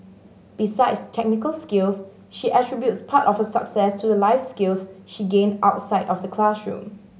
besides technical skills she attributes part of her success to the life skills she gained outside of the classroom